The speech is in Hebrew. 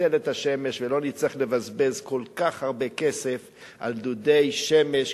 ננצל את השמש ולא נצטרך לבזבז כל כך הרבה כסף על דודי חשמל כשיש,